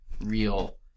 real